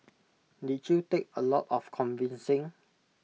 did you take A lot of convincing